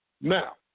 Now